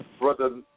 Brother